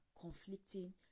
conflicting